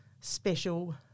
special